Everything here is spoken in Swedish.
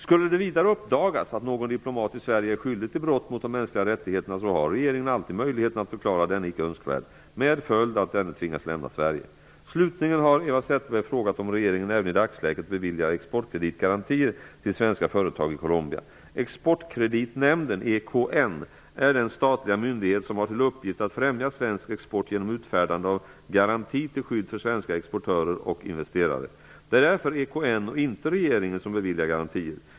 Skulle det vidare uppdagas att någon diplomat i Sverige är skyldig till brott mot de mänskliga rättigheterna har regeringen alltid möjligheten att förklara denne icke önskvärd, med följd att denne tvingas lämna Sverige. Slutligen har Eva Zetterberg frågat om regeringen även i dagsläget beviljar exportkreditgarantier till svenska företag i Colombia. Exportkreditnämnden, EKN, är den statliga myndighet som har till uppgift att främja svensk export genom utfärdande av garanti till skydd för svenska exportörer och investerare. Det är därför EKN och inte regeringen som beviljar garantier.